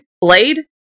blade